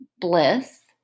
bliss